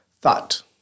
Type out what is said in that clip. thought